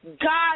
God